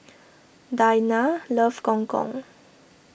Dayna loves Gong Gong